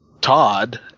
Todd